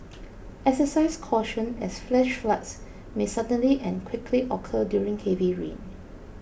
exercise caution as flash floods may suddenly and quickly occur during heavy rain